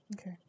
Okay